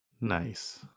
Nice